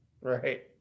Right